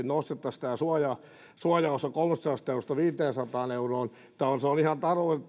nostettaisiin tämä suojaosa kolmestasadasta eurosta viiteensataan euroon se on ihan